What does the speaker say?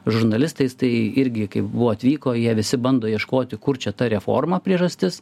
žurnalistais tai irgi kaip buvo atvyko jie visi bando ieškoti kur čia ta reforma priežastis